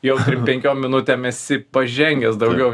jau penkiom minutėm esi pažengęs daugiau